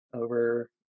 over